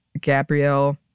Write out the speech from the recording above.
Gabrielle